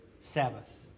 Sabbath